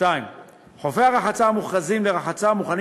2. חופי הרחצה המוכרזים לרחצה מוכנים